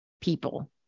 people